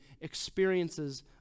experiences